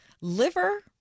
Liver